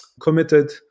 committed